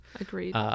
Agreed